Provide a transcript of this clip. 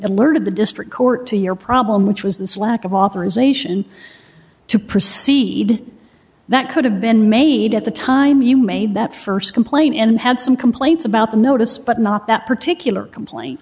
lerted the district court to your problem which was this lack of authorization to proceed that could have been made at the time you made that st complaint and had some complaints about the notice but not that particular complaint